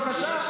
--- מתווה.